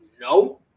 No